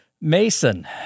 Mason